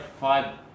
five